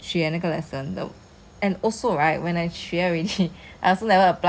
ended lah 我没有 sign up but !aiya! because now times are hard ah 没有什么钱去